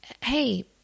Hey